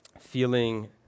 feeling